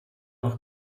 auch